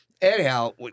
anyhow